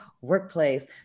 workplace